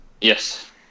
Yes